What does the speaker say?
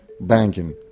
banking